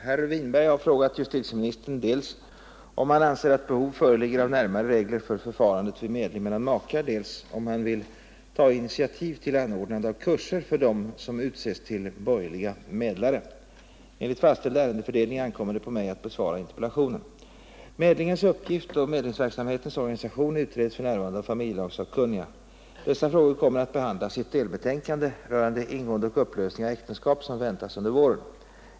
Herr talman! Herr Winberg har frågat justitieministern dels om han anser att behov föreligger av närmare regler för förfarandet vid medling mellan makar, dels om han vill ta initiativ till anordnande av kurser för dem som utses till borgerliga medlare. Enligt fastställd ärendefördelning ankommer det på mig att besvara interpellationen. Medlingens uppgift och medlingsverksamhetens organisation utreds för närvarande av familjelagssakkunniga. Dessa frågor kommer att behandlas i ett delbetänkande rörande ingående och upplösning av äktenskap som väntas bli framlagt under våren.